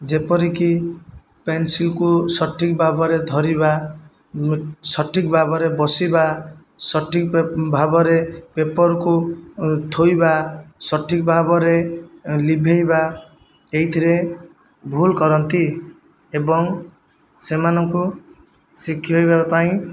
ଯେପରିକି ପେନସିଲକୁ ସଠିକ ଭାବରେ ଧରିବା ସଠିକ ଭାବରେ ବସିବା ସଠିକ ଭାବରେ ପେପରକୁ ଥୋଇବା ସଠିକ ଭାବରେ ଲିଭେଇବା ଏଇଥିରେ ଭୁଲ କରନ୍ତି ଏବଂ ସେମାନଙ୍କୁ ଶିଖାଇବା ପାଇଁ